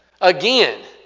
Again